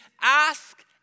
ask